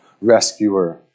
rescuer